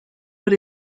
but